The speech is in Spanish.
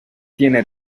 tiene